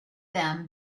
them